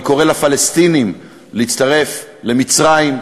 אני קורא לפלסטינים להצטרף למצרים,